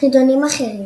חידונים אחרים